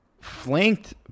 flanked